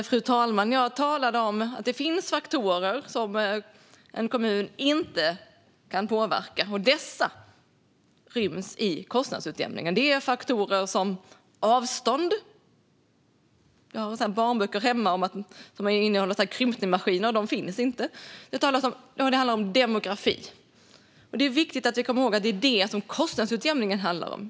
Fru talman! Jag talade om att det finns faktorer som en kommun inte kan påverka, och dessa ryms i kostnadsutjämningen. Det är faktorer som avstånd - jag har barnböcker hemma om sådana där krympningsmaskiner, men de finns inte - och demografi. Det är viktigt att vi kommer ihåg att det är detta som kostnadsutjämningen handlar om.